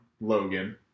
Logan